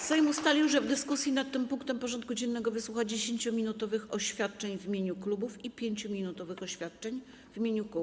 Sejm ustalił, że w dyskusji nad tym punktem porządku dziennego wysłucha 10-minutowych oświadczeń w imieniu klubów i 5-minutowych oświadczeń w imieniu kół.